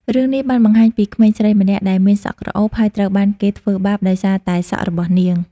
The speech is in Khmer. រឿងនេះបានបង្ហាញពីក្មេងស្រីម្នាក់ដែលមានសក់ក្រអូប ហើយត្រូវបានគេធ្វើបាបដោយសារតែសក់របស់នាង។